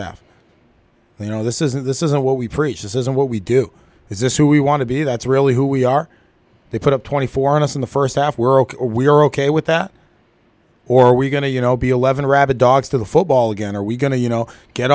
half you know this isn't this isn't what we preach this isn't what we do is this who we want to be that's really who we are they put up twenty four of us in the first half we're ok we're ok with that or we're going to you know be eleven rabid dogs to the football again are we going to you know get